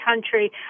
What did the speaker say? country